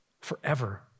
forever